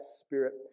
spirit